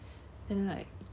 so the fact that like